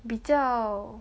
比较